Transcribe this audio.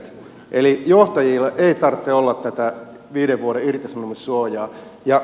eli johtajilla ei tarvitse olla tätä viiden vuoden irtisanomissuojaa